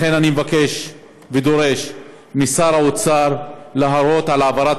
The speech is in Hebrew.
לכן אני מבקש ודורש משר האוצר להורות על העברת